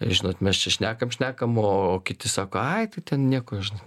žinot mes čia šnekam šnekam o kiti sako ai tai ten nieko žinai